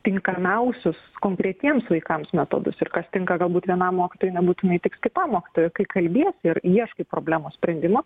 tinkamiausius konkretiems vaikams metodus ir kas tinka galbūt vienam mokytojui nebūtinai tiks kitam mokytojui kai kalbiesi ir ieškai problemos sprendimo